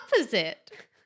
opposite